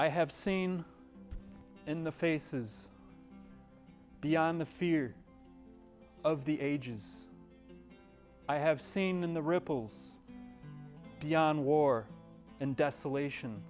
i have seen in the faces beyond the fear of the ages i have seen in the ripples beyond war and desolation